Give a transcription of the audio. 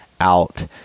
out